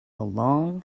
along